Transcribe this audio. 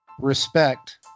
respect